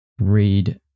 read